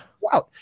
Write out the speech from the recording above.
wow